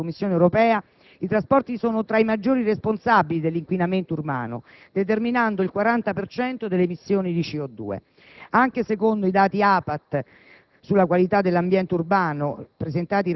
Secondo il Libro bianco sui trasporti della Commissione europea, i trasporti sono tra i maggiori responsabili dell'inquinamento urbano determinando il 40 per cento delle emissioni di CO2.Anche secondo i dati APAT